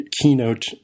Keynote